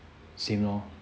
sian lor